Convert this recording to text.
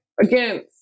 again